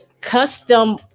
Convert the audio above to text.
custom